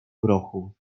grochu